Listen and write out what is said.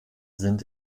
sind